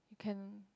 can